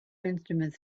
instruments